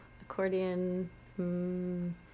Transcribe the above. accordion